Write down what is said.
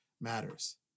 matters